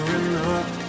enough